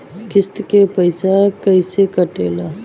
किस्त के पैसा कैसे कटेला?